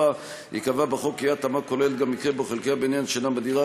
4. ייקבע בחוק כי אי-התאמה כוללת גם מקרה שבו חלקי הבניין שאינם הדירה,